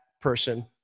person